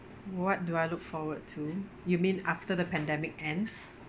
what do I look forward to you mean after the pandemic ends